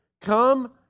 Come